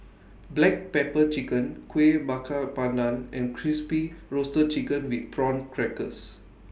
Black Pepper Chicken Kueh Bakar Pandan and Crispy Roasted Chicken with Prawn Crackers